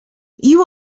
you